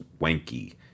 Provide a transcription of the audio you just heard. Wanky